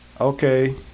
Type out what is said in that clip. Okay